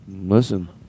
Listen